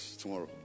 tomorrow